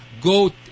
go